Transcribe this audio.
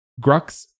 Grux